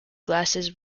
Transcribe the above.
glasses